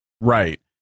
Right